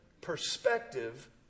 perspective